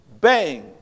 bang